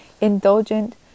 indulgent